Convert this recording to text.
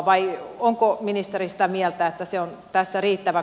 vai onko ministeri sitä mieltä että se on tässä riittävä